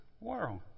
world